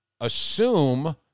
assume